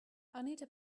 anita